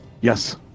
yes